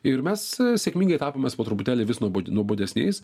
ir mes sėkmingai tapom mes po truputėlį vis nuobo nuobodesniai